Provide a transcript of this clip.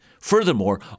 Furthermore